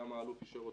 גם האלוף אישר אותו,